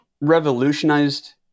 revolutionized